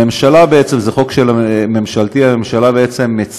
הממשלה בעצם, זה חוק ממשלתי, מציעה